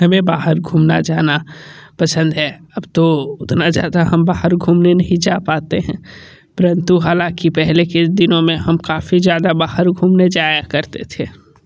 हमें बाहर घूमना जाना पसंद है अब तो उतना ज़्यादा हम बाहर घूमने नहीं जा पाते हैं परन्तु हालाँकि पहले के दिनों में हम काफ़ी ज़्यादा बाहर घूमने जाया करते थे